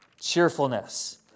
cheerfulness